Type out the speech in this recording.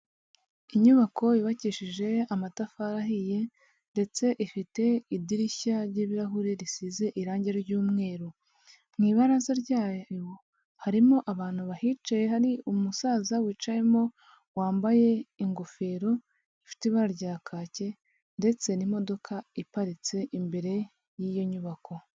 Inyubako yubakishije amatafari ahiye ndetse ifite idirishya ry'ibirahure risize irangi ry'umweru, mu ibaraza ryayo harimo abantu bahicaye, hari umusaza wicayemo wambaye ingofero ifite ibara rya kake ndetse n'imodoka iparitse imbere y'iyi nyubako.